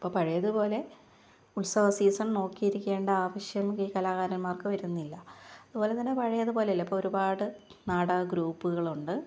ഇപ്പോൾ പഴയത് പോലെ ഉത്സവ സീസണ് നോക്കിയിരിക്കേണ്ട ആവശ്യം ഈ കലാകാരന്മാര്ക്ക് വരുന്നില്ല അതേപോലെ തന്നെ പഴയത് പോലെയല്ല ഇപ്പോൾ ഒരുപാട് നാടക ഗ്രൂപ്പുകളുണ്ട്